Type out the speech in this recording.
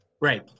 Right